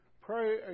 pray